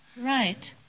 Right